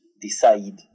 decide